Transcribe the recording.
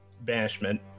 Banishment